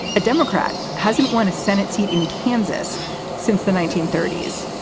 a democrat hasn't won a senate seat in kansas since the nineteen thirty s.